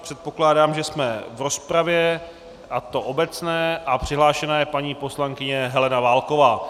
Předpokládám, že jsme v rozpravě, a to obecné, a přihlášena je paní poslankyně Helena Válková.